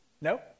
No